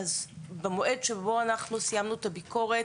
במועד שבו אנחנו סיימנו את הביקורת,